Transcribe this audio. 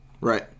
Right